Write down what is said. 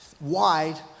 wide